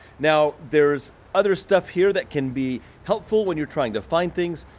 now, there's other stuff here that can be helpful when you're trying to find things.